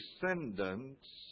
descendants